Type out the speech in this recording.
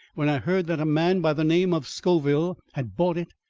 when i heard that a man by the name of scoville had bought it,